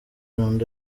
rwanda